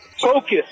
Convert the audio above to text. Focus